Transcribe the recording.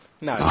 No